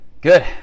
good